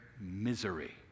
misery